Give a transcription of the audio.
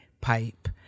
pipe